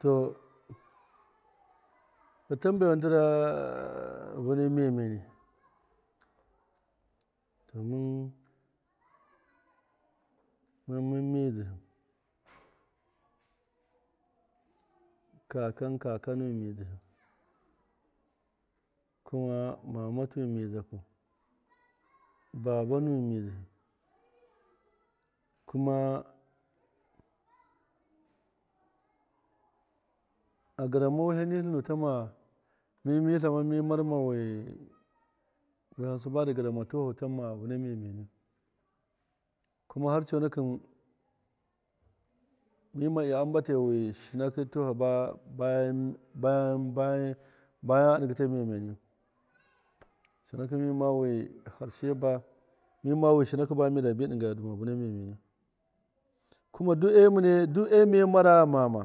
To ta tammbewan ndira vɨna memeni domin mɨn mɨn midzihɨ kakan kaka nuwɨn midzihɨ kuma mama tuwɨn midzaku, baba nuwɨn midzihɨ kuma a gɨramma wiham nitlinu tam ma mi mi tlama mi marma wi tam ma wiham sibadɨ gɨrama tuwahɨ tm ma vɨna memeniyu kuma har conakɨn mima iya am mbate wi shinakɨ tuwahɨ bayan bayan bayan bayan a ɗɨngɨ ta meme niyu conakɨn mima wi harshe ba mima shinakɨ ba midabi ɗɨnga dɨma vɨna memeniyu kuma du e mine du e- miye mara ghama ma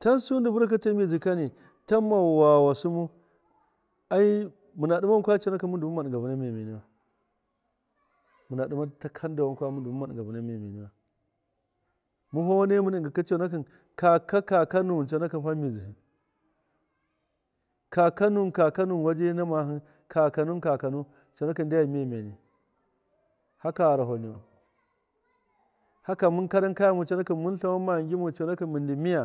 tansu virkakɨ ta midzihɨkani tam ma wawa sɨmu ai mɨna ɗɨma wankwa conakɨn mɨndu mɨn ma ɗɨnga vɨna meme iyuwa mɨna takanda wankwa mɨn du mɨmma ɗɨnga vɨna meme niyuwa mɨn fa wane mɨne ɗɨnga conakin kaka kaka wje na mahɨ kakanu kakanu conakɨn ndyam memeni haka gharaho niwan haka mɨn karankaya ghamuwin mɨn tlawan ma ngimu conakin mɨn ndi miya.